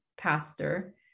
Pastor